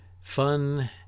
fun